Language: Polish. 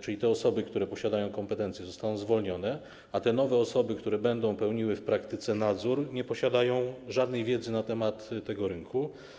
czyli te osoby, które posiadają kompetencje, zostaną zwolnione, a te nowe osoby, które będą sprawowały w praktyce nadzór, nie posiadają żadnej wiedzy na temat tego rynku?